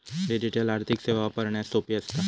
digital आर्थिक सेवा वापरण्यास सोपी असता